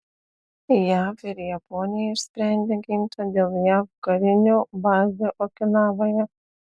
jav ir japonija išsprendė ginčą dėl jav karinių bazių okinavoje